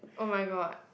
oh-my-god